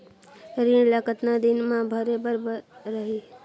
ऋण ला कतना दिन मा भरे बर रही?